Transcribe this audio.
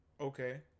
okay